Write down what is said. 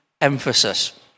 emphasis